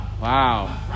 Wow